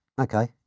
okay